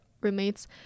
roommates